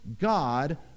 God